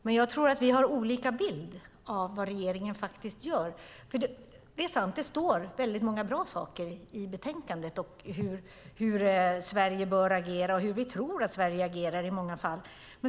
Fru talman! Jag tror att vår bild av vad regeringen faktiskt gör är olika. Det är sant att det står väldigt många bra saker i betänkandet om hur Sverige bör agera och hur vi tror att Sverige agerar i många fall.